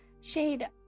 Shade